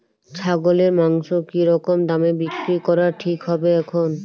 ছাগলের মাংস কী রকম দামে বিক্রি করা ঠিক হবে এখন?